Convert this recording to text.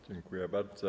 Dziękuję bardzo.